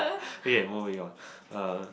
okay moving on uh